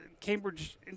Cambridge